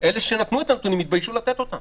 שאלה שנתנו את הנתונים התביישו לתת אותם